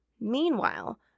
Meanwhile